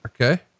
Okay